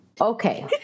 Okay